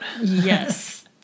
Yes